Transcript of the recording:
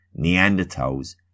Neanderthals